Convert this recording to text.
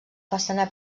façana